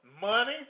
money